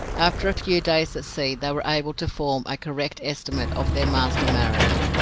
after a few days at sea they were able to form a correct estimate of their master mariner.